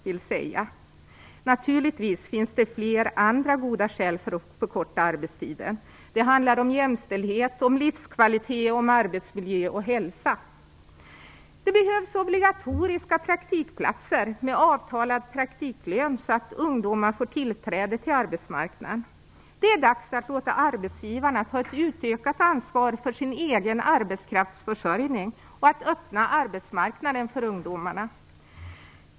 Det finns naturligtvis flera andra goda skäl för att förkorta arbetstiden, och det handlar om jämställdhet, livskvalitet, arbetsmiljö och hälsa. Det behövs obligatoriska praktikplatser med avtalad praktiklön, så att ungdomar får tillträde till arbetsmarknaden. Det är dags att låta arbetsgivarna ta ett utökat ansvar för sin egen arbetskraftsförsörjning och att öppna arbetsmarknaden för ungdomarna.